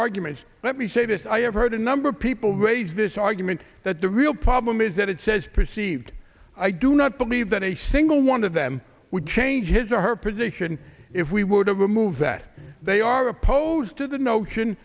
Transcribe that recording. arguments let me say this i have heard a number of people who raise this argument that the real problem is that it says perceived i do not believe that a single one of them would change his or her position if we were to remove that they are opposed to the notion